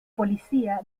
policía